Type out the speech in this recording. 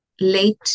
late